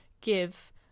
give